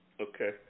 Okay